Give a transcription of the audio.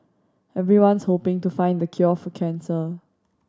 everyone's hoping to find the cure for cancer